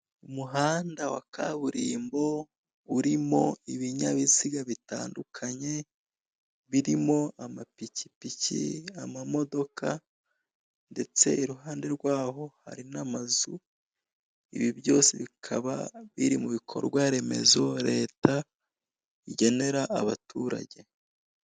Umuhanda wa kaburimbo urimo ibinyabiziga bitandukanye bimo amapikipiki ndetse n'amamotoka, ndetse iruhande rwawo hari n'amazu, ibi byose bikaba biri mu bikorwa remezo leta igenera abaturage.